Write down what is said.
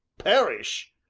parish!